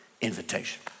invitation